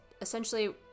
essentially